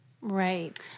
Right